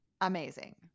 amazing